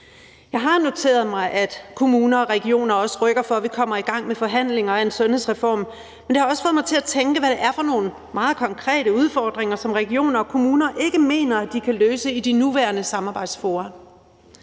Jeg har noteret mig, at kommuner og regioner også rykker for, at vi kommer i gang med forhandlinger om en sundhedsreform, men det har også fået mig til at tænke, hvad det er for nogle meget konkrete udfordringer, som regioner og kommuner ikke mener de kan løse i de nuværende samarbejdsfora.